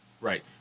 Right